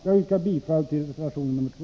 Jag yrkar bifall till reservation nr 2.